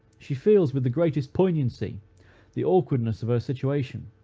she feels with the greatest poignancy the awkwardness of her situation,